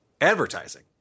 advertising